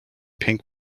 pink